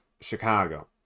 Chicago